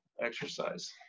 exercise